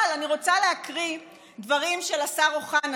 אבל אני רוצה להקריא דברים של השר אוחנה,